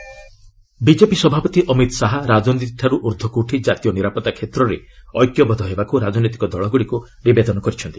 Amit Shah JK blast BJP ସଭାପତି ଅମିତ ଶାହା ରାଜନୀତିଠାରୁ ଊର୍ଦ୍ଧ୍ୱକୁ ଉଠି ଜାତୀୟ ନିରାପତ୍ତା କ୍ଷେତ୍ରରେ ଏକ୍ୟବଦ୍ଧ ହେବାକୁ ରାଜନୈତିକ ଦଳଗୁଡ଼ିକୁ ନିବେଦନ କରିଛନ୍ତି